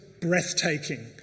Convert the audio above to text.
breathtaking